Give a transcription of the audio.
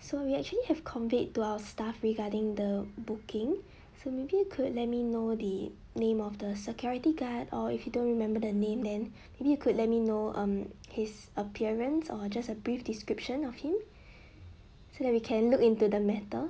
so we actually have conveyed to our staff regarding the booking so maybe you could let me know the name of the security guard or if you don't remember the name then maybe you could let me know um his appearance or just a brief description of him so that we can look into the matter